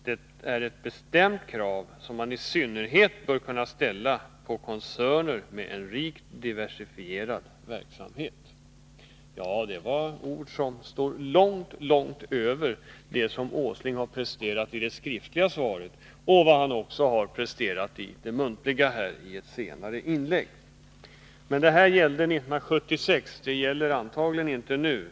Det är ett bestämt krav, som man i synnerhet bör kunna ställa på koncerner med en rikt diversifierad verksamhet.” Detta är ord som innebär att man går mycket längre än vad Nils Åsling har gjort både i sitt skriftliga svar i dag och i sitt muntliga inlägg därefter. Citatet gällde emellertid 1976 och gäller antagligen inte nu.